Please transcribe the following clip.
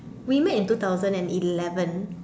we met in two thousand and eleven